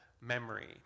memory